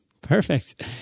Perfect